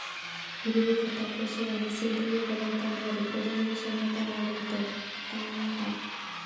हिरवी खता, पोषक आणि सेंद्रिय पदार्थांद्वारे प्रजनन क्षमता वाढवतत, काळाला काय?